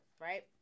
right